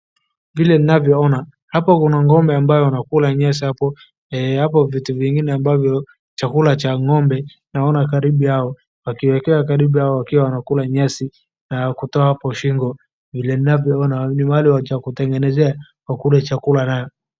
Vile ninavyona, hapa kuna ng'ombe amabao wanakula nyasi hapa, hapo vitu vingine ambavyo chakula cha ng'ombe naona karibu yao. Wakiwekewa karibu yao wakiwa wanakula nyasi na kutoa hapo shingo. vile ninavyona ni mahali ya kutengenezea wakule chakula nayo.